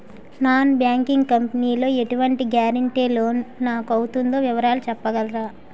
Non banking company లో ఎటువంటి guarantee loan నాకు అవుతుందో వివరాలు చెప్పగలరా?